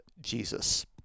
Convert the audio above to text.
Jesus